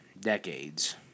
decades